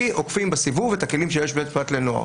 עוקפים בסיבוב את הכלים שיש לבית משפט לנוער.